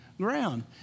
ground